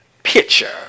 picture